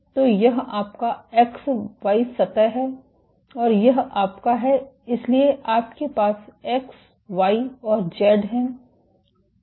तो यह आपका एक्स वाई सतह है और यह आपका है इसलिए आपके पास एक्स वाई और जेड है